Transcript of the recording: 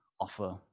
offer